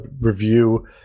review